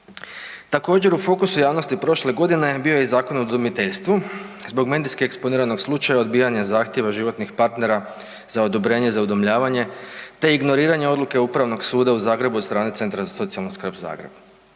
Također u fokusu javnosti prošle godine bio je Zakon o udomiteljstvu, zbog medijski eksponiranog slučaja odbijanja zahtjeva životnih partnera za odobrenje za udomljavanje te ignoriranje odluke Upravnog suda u Zagrebu od strane Centra za socijalnu skrb Zagreb.